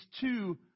two